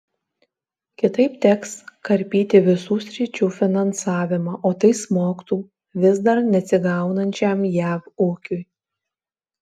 kitaip teks karpyti visų sričių finansavimą o tai smogtų vis dar neatsigaunančiam jav ūkiui